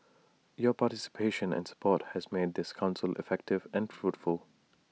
your participation and support have made this Council effective and fruitful